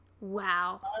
Wow